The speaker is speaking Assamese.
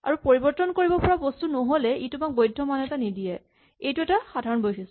আৰু পৰিবৰ্তন কৰিব পৰা বস্তু নহ'লে ই তোমাক বৈধ্য মান এটা নিদিয়ে এইটো এটা সাধাৰণ বৈশিষ্ট